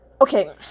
okay